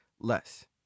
less